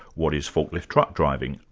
what is forklift truck driving?